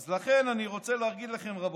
לכן, אני רוצה להגיד לכם, רבותיי,